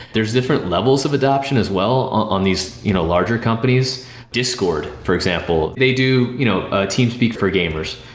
there's different levels of adoption as well on these you know larger companies discord for example, they do you know ah teamspeak for gamers,